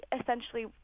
essentially